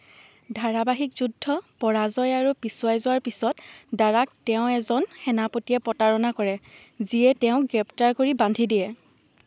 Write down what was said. ধাৰাবাহিক যুদ্ধ পৰাজয় আৰু পিছুৱাই যোৱাৰ পিছত দাৰাক তেওঁৰ এজন সেনাপতিয়ে প্ৰতাৰণা কৰে যিয়ে তেওঁক গ্ৰেপ্তাৰ কৰি বান্ধি দিয়ে